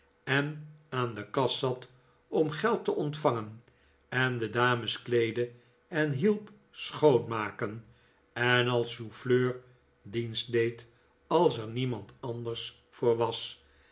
en aan de kas zat om geld te ontvangen en de dames kleedde en hielp schoonmaken en als souffleur dienst deed als er niemand anders voor was